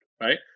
right